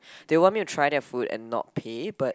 they want me to try their food and not pay but